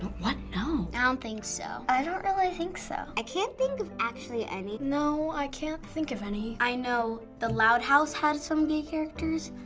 one, no. i don't think so. i don't really think so. i can't think of actually any. no, i can't think of any. i know the loud house has some gay characters.